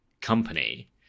company